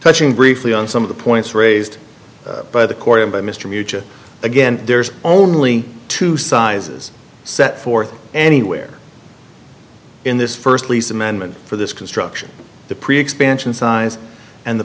touching briefly on some of the points raised by the korean by mr mutua again there's only two sizes set forth anywhere in this first lease amendment for this construction the pre expansion size and the